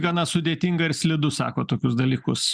gana sudėtinga ir slidu sakot tokius dalykus